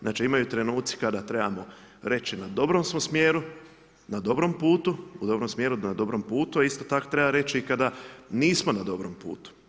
Znači imaju trenuci, kada trebamo reći, na dobrom smo smjeru, na dobrom putu, u dobrom smjeru i na dobrom putu, a isto tako treba reći i kada nismo na dobrom putu.